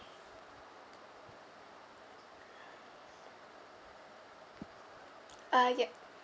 uh yup